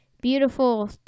beautiful